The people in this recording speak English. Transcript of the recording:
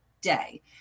day